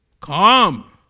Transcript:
come